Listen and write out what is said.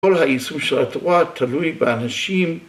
כל הייסוד של התורה תלוי באנשים